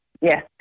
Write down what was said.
Yes